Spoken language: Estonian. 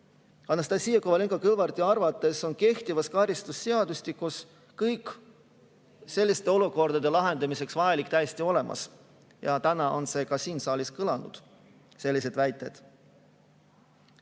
Anastassia Kovalenko-Kõlvarti arvates on kehtivas karistusseadustikus selliste olukordade lahendamiseks vajalik täiesti olemas ja ka täna siin saalis on sellised väited